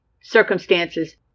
circumstances